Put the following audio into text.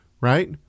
right